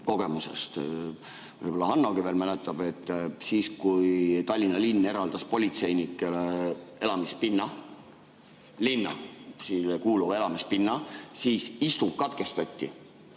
kogemusest. Võib-olla Hannogi veel mäletab, et siis, kui Tallinna linn eraldas politseinikele linnale kuuluvat elamispinda, istung katkestati.